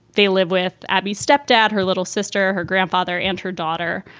they live with abby step-dad, her little sister, her grandfather and her daughter,